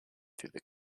through